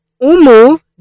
Umu